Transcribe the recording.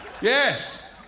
Yes